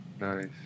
Nice